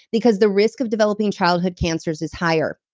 because the risk of developing childhood cancers is higher.